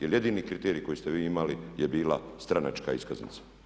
Jer jedini kriterij koji ste vi imali je bila stranačka iskaznica.